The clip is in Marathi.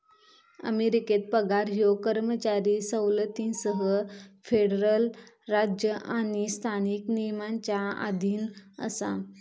अमेरिकेत पगार ह्यो कर्मचारी सवलतींसह फेडरल राज्य आणि स्थानिक नियमांच्या अधीन असा